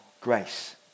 grace